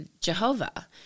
jehovah